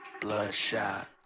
bloodshot